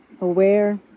aware